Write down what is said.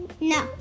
no